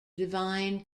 divine